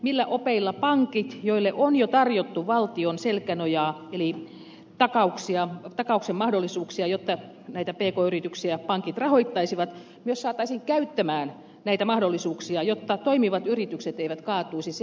millä opeilla pankit joille on jo tarjottu valtion selkänojaa eli takauksen mahdollisuuksia jotta näitä pk yrityksiä pankit rahoittaisivat myös saataisiin käyttämään näitä mahdollisuuksia jotta toimivat yritykset eivät kaatuisi